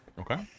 Okay